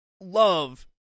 love